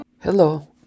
Hello